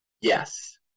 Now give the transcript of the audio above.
Yes